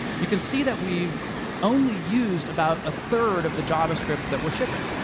you can see that we've only used about a third of the javascript that we're shipping.